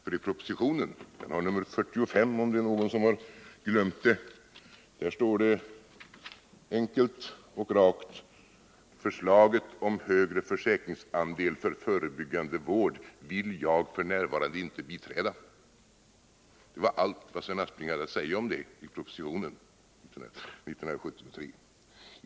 För i propositionen — den har nr 45, om det är någon som glömt — står det enkelt och rakt: ”Förslaget om högre försäkringsandel för förebyggande vård vill jag f. n. inte biträda.” Det var allt vad Sven Aspling hade att säga om det i propositionen år 1973.